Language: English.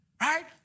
Right